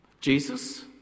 Jesus